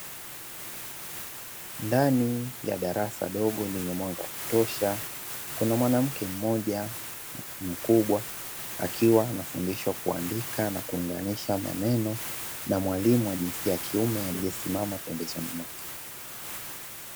Ndani ya darasa dogo lenye mwanga wa kutosha. Kuna mwanamke mmoja mkubwa akiwa anafundishwa kuandika na kuunganisha maneno na mwalimu mmoja mkubwa wa jinsia ya kiume aliyesimama pembezoni mwake.